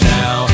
now